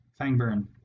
Fangburn